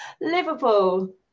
Liverpool